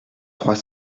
trois